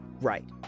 Right